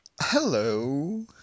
Hello